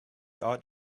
art